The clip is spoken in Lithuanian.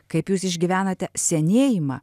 kaip jūs išgyvenate senėjimą